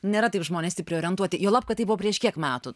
nėra taip žmonės stipriai orientuoti juolab kad tai buvo prieš kiek metų